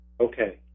Okay